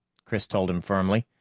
chris told him firmly.